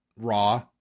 Raw